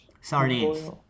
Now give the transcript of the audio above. Sardines